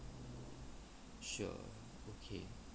sure okay